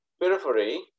periphery